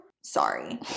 Sorry